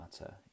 matter